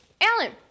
Alan